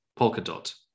Polkadot